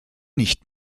nicht